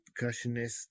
percussionist